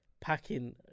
Packing